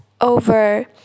over